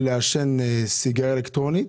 לעשן סיגריה אלקטרונית